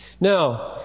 Now